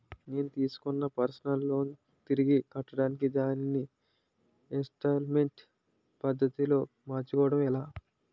నేను తిస్కున్న personal loan తిరిగి కట్టడానికి దానిని ఇంస్తాల్మేంట్ పద్ధతి లో మార్చుకోవడం ఎలా?